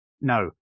no